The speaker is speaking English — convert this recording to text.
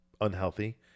unhealthy